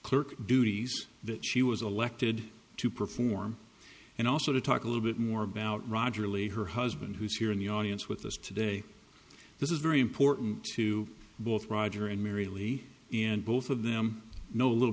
clerk duties that she was elected to perform and also to talk a little bit more about roger lee her husband who is here in the audience with us today this is very important to both roger and mary lee and both of them know a little